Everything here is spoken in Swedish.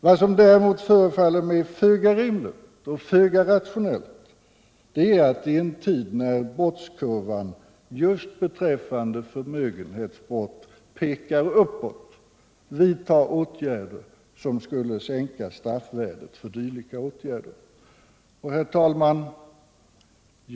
Vad som däremot förefaller mig föga rimligt och rationellt är att i en tid när brottskurvan för förmögenhetsbrott pekar uppåt vidta åtgärder som skulle sänka straffvärdet för dylika brott. Herr talman!